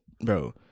bro